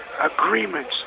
agreements